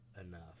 Enough